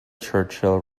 churchill